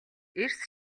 эрс